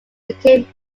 became